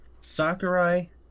Sakurai